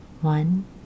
One